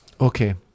Okay